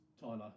Tyler